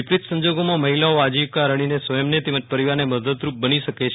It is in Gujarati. વિપરીત સંજોગોમાં મહિલાઓ આજીવિકા રળીને સ્વયંને તેમજ પરિવારને મદદરૂપ બની શકે છે